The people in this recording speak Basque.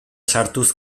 sartuz